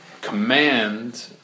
command